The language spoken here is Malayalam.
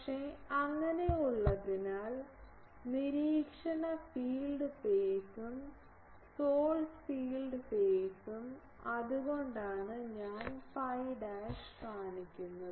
പക്ഷേ അങ്ങനെ ഉള്ളതിനാൽ നിരീക്ഷണ ഫീൽഡ് ഫൈയും സോഴ്സ് ഫീൽഡ് ഫൈയും അതുകൊണ്ടാണ് ഞാൻ കാണിക്കുന്നത്